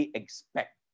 expect